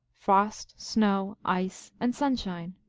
frost, snow, ice, and sunshine.